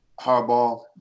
hardball